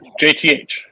JTH